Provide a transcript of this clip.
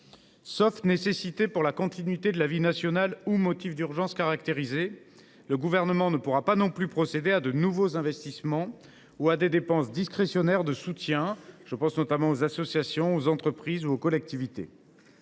Sauf nécessité pour la continuité de la vie nationale ou motif d’urgence caractérisé, le Gouvernement ne pourra pas non plus procéder à de nouveaux investissements ou à des dépenses discrétionnaires de soutien aux associations, aux entreprises ou aux collectivités.